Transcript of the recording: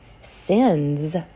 Sins